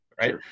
Right